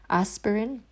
aspirin